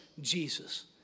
Jesus